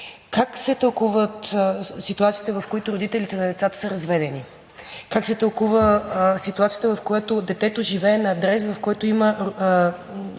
Как се тълкуват ситуациите, в които родителите на децата са разведени, как се тълкува ситуацията, в която детето живее на адрес, на който има